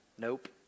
Nope